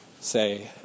Say